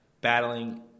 battling